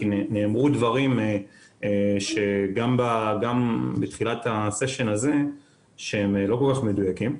כי נאמרו דברים גם בתחילת הסשן הזה שהם לא כל כך מדויקים,